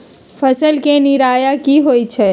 फसल के निराया की होइ छई?